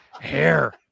hair